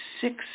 six